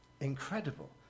Incredible